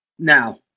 Now